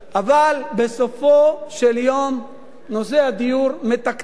אבל בסופו של דבר נושא הדיור מתקתק.